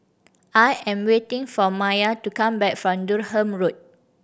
I am waiting for Maia to come back from Durham Road